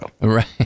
Right